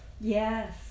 Yes